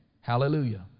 Hallelujah